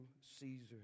Caesar